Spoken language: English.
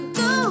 go